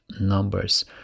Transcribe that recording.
numbers